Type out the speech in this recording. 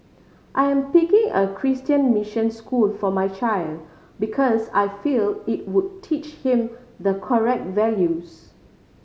I am picking a Christian mission school for my child because I feel it would teach him the correct values